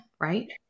right